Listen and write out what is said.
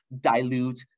dilute